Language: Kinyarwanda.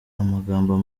amagambo